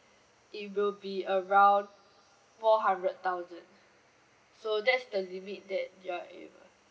it will be around four hundred thousand so that's the limit that your